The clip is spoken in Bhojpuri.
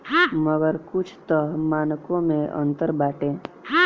मगर कुछ तअ मानको मे अंतर बाटे